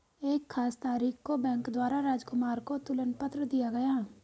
एक खास तारीख को बैंक द्वारा राजकुमार को तुलन पत्र दिया गया